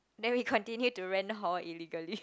then we continue to rent hall illegally